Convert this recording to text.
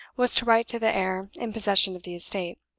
was to write to the heir in possession of the estate.